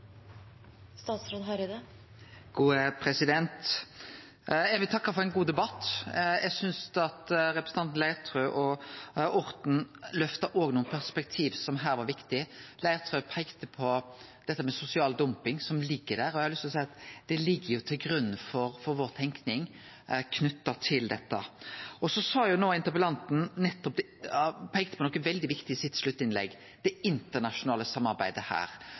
vil takke for ein god debatt. Eg synest at representantane Leirtrø og Orten løfta nokre perspektiv som er viktig her. Leirtrø peikte på dette med sosial dumping, som ligg der. Eg har lyst til å seie at det ligg til grunn for vår tenking knytt til dette. Så peikte interpellanten på noko veldig viktig i sluttinnlegget sitt: det internasjonale samarbeidet her. Det sa eg lite om i svaret mitt, men me er opptekne av at me her